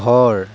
ঘৰ